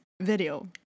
video